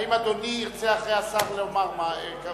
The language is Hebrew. האם אדוני ירצה, אחרי השר, לומר משהו?